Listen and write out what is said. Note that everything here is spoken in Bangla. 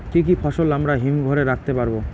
কি কি ফসল আমরা হিমঘর এ রাখতে পারব?